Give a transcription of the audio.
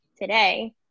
today